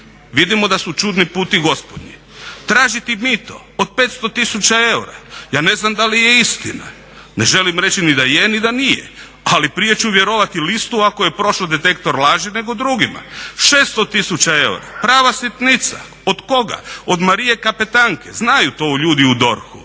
Vidimo da su čudni puti gospodnji. Tražiti mito od 500 tisuća eura, ja ne znam da li je istina, ne želim reći ni da je, ni da nije, ali prije ću vjerovati Listu ako je prošao detektor laži nego drugima. 600 tisuća eura prava sitnica. Od koga? Od Marije kapetanke, znaju to ljudi u DORH,